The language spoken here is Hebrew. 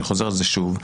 ואני חוזר על זה שוב,